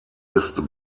ist